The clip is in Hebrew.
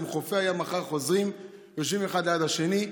אם חופי הים מחר חוזרים ויושבים שם אחד ליד השני,